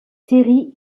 série